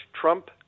Trump